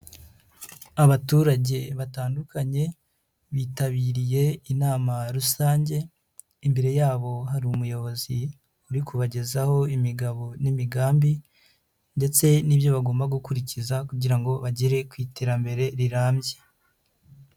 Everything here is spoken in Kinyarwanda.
Abaturage batandukanye, bitabiriye inama rusange, imbere yabo hari umuyobozi uri kubagezaho imigabo n'imigambi ndetse n'ibyo bagomba gukurikiza kugira ngo bagere ku iterambere rirambye.